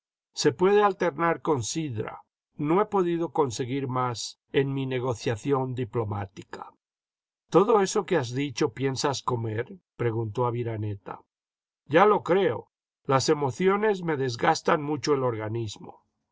se puede alternar con sidra no he podido conseguir más en mi negociación diplomática todo eso que has dicho piensas comer preguntó aviraneta ya lo creo las emociones me degastan mucho el organismo